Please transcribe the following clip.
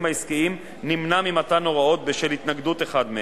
העסקיים נמנע ממתן הוראות בשל התנגדות אחד מהם.